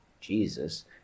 Jesus